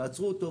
תעצרו אותו,